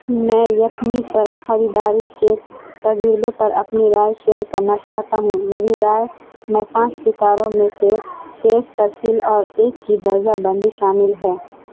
میں یپمی پر خریداری کے تجربے پر اپنی رائے شیئر کرنا چاہتا ہوں میری رائے میں پانچ ستاروں میں سے تیز ترسیل اور ایک کی درجہ بندی شامل ہے